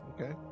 Okay